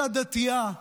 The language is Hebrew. אישה דתייה,